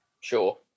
Sure